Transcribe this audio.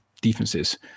defenses